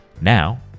now